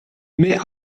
may